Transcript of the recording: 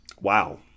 Wow